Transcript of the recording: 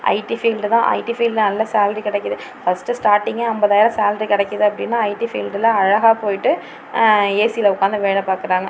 ID field தான் IT ஃபீல்டில் நல்ல சல்ரி கிடைக்கிது ஃபர்ஸ்ட்டு ஸ்டார்டிங்கே அம்பதாயிரோம் சல்ரி கிடைக்கிது அப்படின்னா ஐடி ஃபீல்டில் அழகாக போயிவிட்டு ஏசியில உக்காந்து வேலை பார்க்கறாங்க